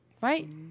Right